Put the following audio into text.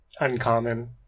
uncommon